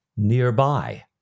nearby